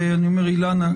אילנה,